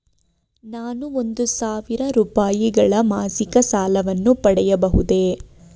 ನಾನು ಒಂದು ಸಾವಿರ ರೂಪಾಯಿಗಳ ಮಾಸಿಕ ಸಾಲವನ್ನು ಪಡೆಯಬಹುದೇ?